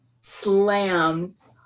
slams